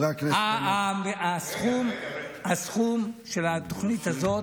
הסכום של התוכנית הזאת